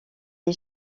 est